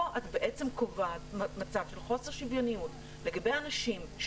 פה את בעצם קובעת מצב של חוסר שוויוניות לגבי אנשים.